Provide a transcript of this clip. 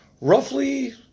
roughly